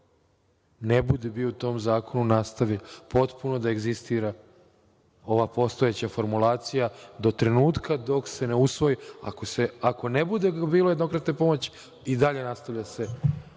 ne bude bio u tom zakonu nastavljen, potpuno da egzistira ova postojeća formulacija, do trenutka dok se ne usvoji. Ako ne bude bilo jednokratne pomoći i dalje se nastavlja ova